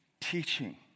teaching